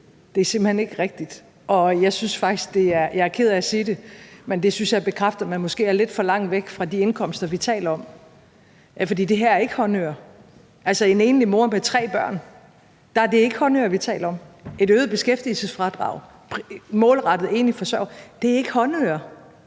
er simpelt hen ikke rigtigt, og jeg er ked af at sige det, men jeg synes faktisk, det bekræfter, at man måske er lidt for langt væk fra de indkomster, vi taler om. For det her er ikke håndører. Altså, for en enlig mor med tre børn er det ikke håndører, vi taler om. Et øget beskæftigelsesfradrag målrettet enlige forsørgere er ikke håndører;